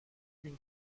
une